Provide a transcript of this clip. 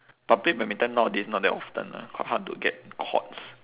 public badminton nowadays not that often lah quite hard to get courts